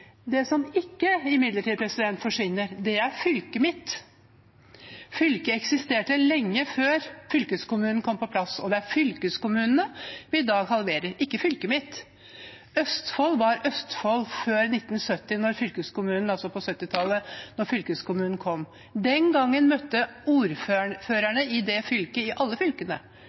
som imidlertid ikke forsvinner, er fylket mitt. Fylket eksisterte lenge før fylkeskommunen kom på plass, og det er antall fylkeskommuner vi i dag halverer – ikke fylket mitt. Østfold var Østfold før 1970-tallet, da fylkeskommunene kom. Den gangen møtte ordførerne i fylket – i alle fylkene